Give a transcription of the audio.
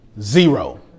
zero